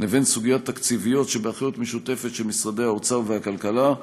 לבין סוגיות תקציביות שבאחריות משותפת של משרדי האוצר והכלכלה.